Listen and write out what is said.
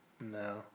No